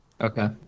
Okay